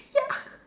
ya